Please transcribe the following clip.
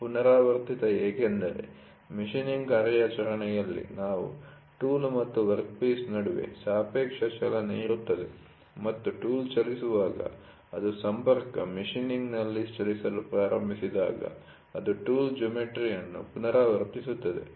ಪುನರಾವರ್ತಿತ ಏಕೆಂದರೆ ಮಷೀನ್ನಿಂಗ್ ಕಾರ್ಯಾಚರಣೆಯಲ್ಲಿ ನಾವು ಟೂಲ್ ಮತ್ತು ವರ್ಕ್ಫೀಸ್ ನಡುವೆ ಸಾಪೇಕ್ಷ ಚಲನೆ ಇರುತ್ತದೆ ಮತ್ತು ಟೂಲ್ ಚಲಿಸುವಾಗ ಅದು ಸಂಪರ್ಕ ಮಷೀನ್ನಿಂಗ್'ನಲ್ಲಿ ಚಲಿಸಲು ಪ್ರಾರಂಭಿಸಿದಾಗ ಅದು ಟೂಲ್ ಜಿಯೋಮೆಟ್ರಿಯನ್ನು ಪುನರಾವರ್ತಿಸುತ್ತದೆ